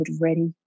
ready